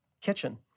kitchen